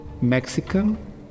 Mexican